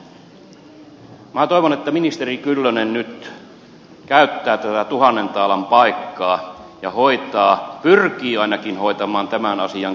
minä toivon että ministeri kyllönen nyt käyttää tätä tuhannen taalan paikkaa ja hoitaa pyrkii ainakin hoitamaan tämän asian kuntoon